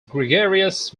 gregarious